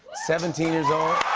seventeen years